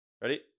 Ready